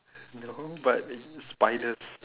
no but spiders